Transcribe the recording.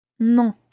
Non